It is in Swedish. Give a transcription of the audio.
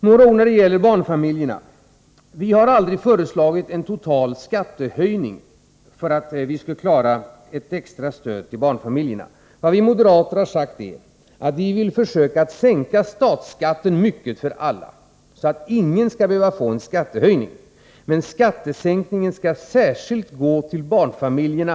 Några ord när det gäller barnfamiljerna: Vi har aldrig föreslagit en total skattehöjning för att klara ett extra stöd till barnfamiljerna. Vad vi moderater har sagt är att vi vill försöka sänka statsskatten mycket för alla, så att ingen skall behöva få en skattehöjning, men skattesänkningen skall gå särskilt till barnfamiljerna.